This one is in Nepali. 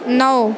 नौ